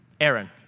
Aaron